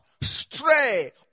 stray